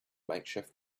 makeshift